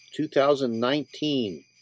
2019